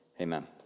Amen